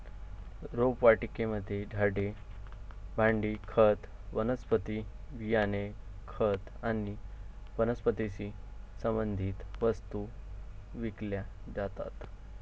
रोपवाटिकेमध्ये झाडे, भांडी, खत, वनस्पती बियाणे, खत आणि वनस्पतीशी संबंधित वस्तू विकल्या जातात